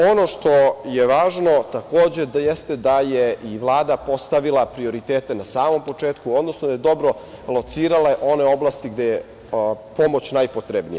Ono što je važno, takođe, jeste da je i Vlada postavila prioritete na samom početku, odnosno da je dobro locirala one oblasti gde je pomoć najpotrebnija.